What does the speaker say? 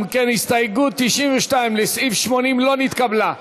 אם כן, הסתייגות 92 לסעיף 80 לא נתקבלה.